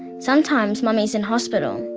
sometimes mummy is in hospital,